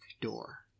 door